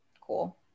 Cool